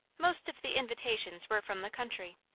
most of the invitations were from the country.